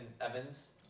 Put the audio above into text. Evans